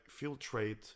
filtrate